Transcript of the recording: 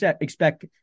expect